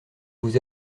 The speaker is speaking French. vous